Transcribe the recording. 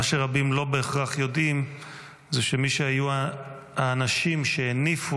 מה שרבים לא בהכרח יודעים זה שמי שהיו האנשים שהניפו